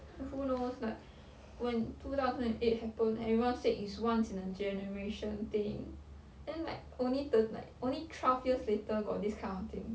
who knows like when two thousand and eight happened every one said it's once in a generation thing then like only thir~ like only twelve years later got this kind of thing